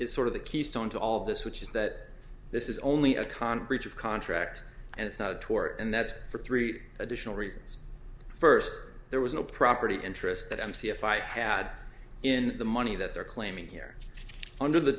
is sort of the keystone to all this which is that this is only a con breach of contract and it's not a tort and that's for three additional reasons first there was no property interest but i'm see if i had in the money that they're claiming here under the